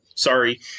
Sorry